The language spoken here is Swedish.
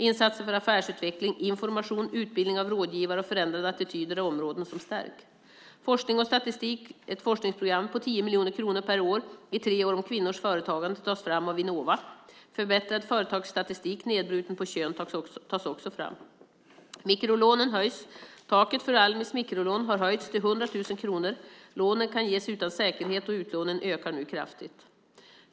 Insatser för affärsutveckling, information, utbildning av rådgivare och förändrade attityder är områden som stärks. Forskning och statistik: Ett forskningsprogram på 10 miljoner kronor per år i tre år om kvinnors företagande tas fram av Vinnova. Förbättrad företagsstatistik nedbruten på kön tas också fram. Mikrolånen höjs: Taket för Almis mikrolån har höjts till 100 000 kronor. Lånen kan ges utan säkerhet och utlåningen ökar nu kraftigt.